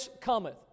cometh